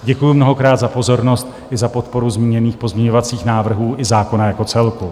Děkuju mnohokrát za pozornost i za podporu zmíněných pozměňovacích návrhů i zákona jako celku.